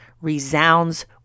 resounds